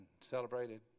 celebrated